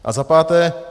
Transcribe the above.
A za páté.